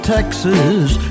Texas